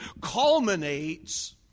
culminates